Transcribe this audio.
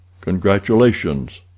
Congratulations